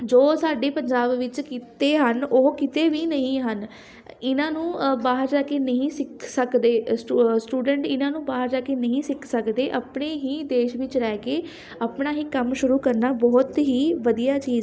ਜੋ ਸਾਡੇ ਪੰਜਾਬ ਵਿੱਚ ਕਿੱਤੇ ਹਨ ਉਹ ਕਿਤੇ ਵੀ ਨਹੀਂ ਹਨ ਇਹਨਾਂ ਨੂੰ ਬਾਹਰ ਜਾ ਕੇ ਨਹੀਂ ਸਿੱਖ ਸਕਦੇ ਸਟੂ ਸਟੂਡੈਂਟ ਇਹਨਾਂ ਨੂੰ ਬਾਹਰ ਜਾ ਕੇ ਨਹੀਂ ਸਿੱਖ ਸਕਦੇ ਆਪਣੇ ਹੀ ਦੇਸ਼ ਵਿੱਚ ਰਹਿ ਕੇ ਆਪਣਾ ਹੀ ਕੰਮ ਸ਼ੁਰੂ ਕਰਨਾ ਬਹੁਤ ਹੀ ਵਧੀਆ ਚੀਜ਼ ਹੈ